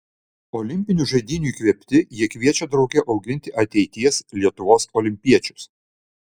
olimpinių žaidynių įkvėpti jie kviečia drauge auginti ateities lietuvos olimpiečius